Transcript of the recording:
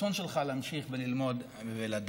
הרצון שלך להמשיך וללמוד ולדעת.